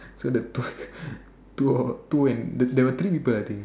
so the two two or two and there were three people I think